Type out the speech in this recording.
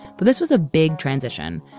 but this was a big transition.